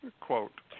quote